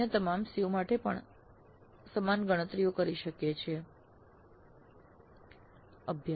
આપણે અન્ય તમામ CO માટે પણ સમાન ગણતરીઓ કરી શકીએ છીએ